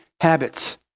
habits